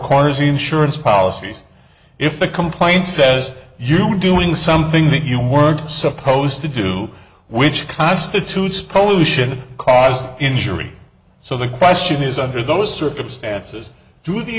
corners insurance policies if the complaint says you are doing something that you weren't supposed to do which constitutes coalition cause injury so the question is under those circumstances do the